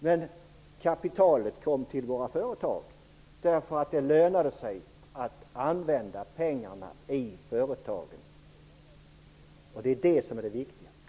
Men kapitalet kom till våra företag, därför att det lönade sig att använda pengarna i företagen. Det är det som är det viktiga.